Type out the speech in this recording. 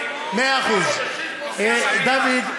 דוד,